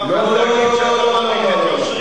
ואחר כך להגיד שאתה משבח את יושרי.